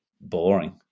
boring